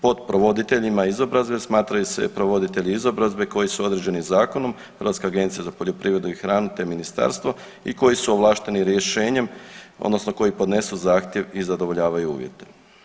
Pod provoditeljima izobrazbe smatraju se provoditelji izobrazbe koji su određeni zakonom, Hrvatske agencije za poljoprivredu i hranu te ministarstvo i koji su ovlašteni rješenjem odnosno koji podnesu zahtjev i zadovoljavaju uvjete.